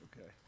okay